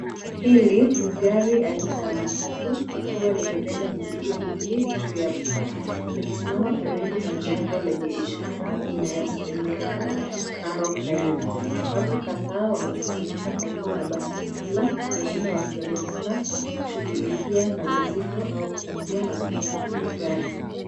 Hili ni gari aina ya matatu likiwa limebeba mizigo mingi juu ya paa likisima karibu na jengo lenye ishara inayosemeka Narok direction. Watu kadhaa wamekusanyika karibu na basi hilo wengine wakionekana shughulikia na mizigo au kuingia na kutoka kwenye gari.